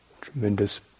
tremendous